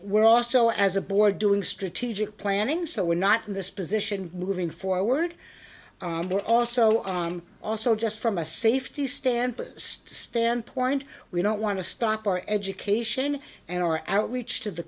we're also as a board doing strategic planning so we're not in this position moving forward we're also on also just from a safety standpoint standpoint we don't want to stop our education and our outreach to the